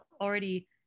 already